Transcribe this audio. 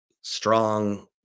strong